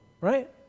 right